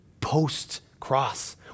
post-cross